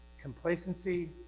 complacency